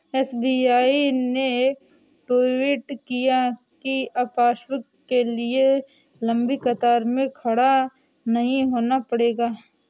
SBI ने tweet किया कि अब पासबुक के लिए लंबी कतार में खड़ा नहीं होना पड़ेगा